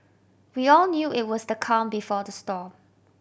we all knew it was the calm before the storm